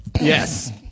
yes